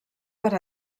per